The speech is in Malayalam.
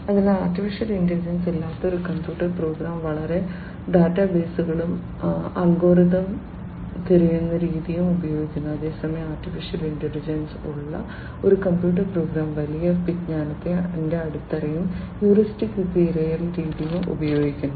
അതിനാൽ AI ഇല്ലാത്ത ഒരു കമ്പ്യൂട്ടർ പ്രോഗ്രാം വലിയ ഡാറ്റാബേസുകളും അൽഗോരിതം തിരയൽ രീതിയും ഉപയോഗിക്കുന്നു അതേസമയം AI ഉള്ള ഒരു കമ്പ്യൂട്ടർ പ്രോഗ്രാം വലിയ വിജ്ഞാന അടിത്തറയും ഹ്യൂറിസ്റ്റിക് തിരയൽ രീതിയും ഉപയോഗിക്കുന്നു